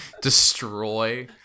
destroy